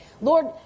Lord